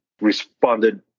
responded